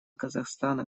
казахстана